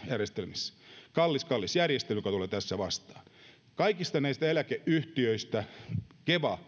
järjestelmät kallis kallis järjestely joka tulee tässä vastaan kaikista näistä eläkeyhtiöistä keva